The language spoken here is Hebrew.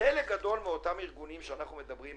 במצוקה גדולה וכבר הם נותנים פחות שירותים.